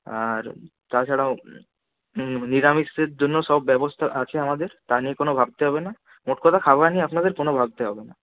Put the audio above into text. আর তাছাড়াও নিরামিষদের জন্য সব ব্যবস্থা আছে আমাদের তা নিয়ে কোনো ভাবতে হবে না মোটকথা খাবার নিয়ে আপনাদের কোনো ভাবতে হবে না